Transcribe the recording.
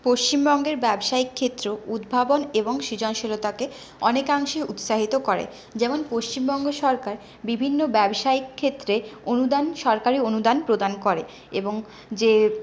পশ্চিমবঙ্গের ব্যবসায়িক ক্ষেত্রেও উদ্ভাবন এবং সৃজনশীলতাকে অনেকাংশে উৎসাহিত করে যেমন পশ্চিমবঙ্গ সরকার বিভিন্ন ব্যবসায়িক ক্ষেত্রে অনুদান সরকারি অনুদান প্রদান করে এবং যে